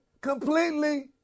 completely